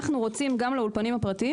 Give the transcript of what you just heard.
אנחנו רוצים לאמץ גם לאולפנים הפרטיים